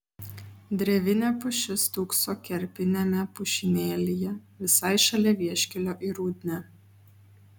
drevinė pušis stūkso kerpiniame pušynėlyje visai šalia vieškelio į rudnią